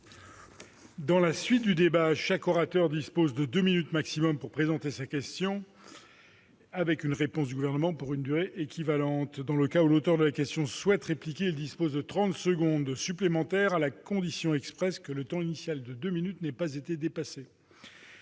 Je rappelle que chaque orateur dispose de deux minutes au maximum pour présenter sa question, suivie d'une réponse du Gouvernement pour une durée équivalente. Dans le cas où l'auteur de la question souhaite répliquer, il dispose de trente secondes supplémentaires, à la condition que le temps initial de deux minutes n'ait pas été dépassé.